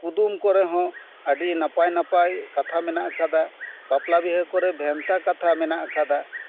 ᱠᱩᱫᱩᱢ ᱠᱚᱨᱮ ᱦᱚᱸ ᱟᱹᱰᱤ ᱱᱟᱯᱟᱭ ᱱᱟᱯᱟᱭ ᱠᱟᱛᱷᱟ ᱢᱮᱱᱟᱜ ᱟᱠᱟᱫᱟ ᱵᱟᱯᱞᱟ ᱵᱤᱦᱟᱹ ᱠᱚᱨᱮ ᱵᱷᱮᱱᱛᱟ ᱠᱟᱛᱷᱟ ᱢᱮᱱᱟᱜ ᱟᱠᱟᱫᱟ